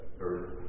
Earth